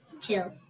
chill